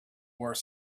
were